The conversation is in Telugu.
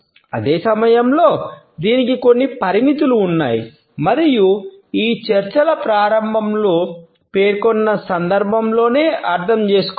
అదే సమయంలో దీనికి కొన్ని పరిమితులు ఉన్నాయి మరియు ఈ చర్చల ప్రారంభంలో పేర్కొన్న సందర్భంలోనే అర్థం చేసుకోవాలి